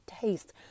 taste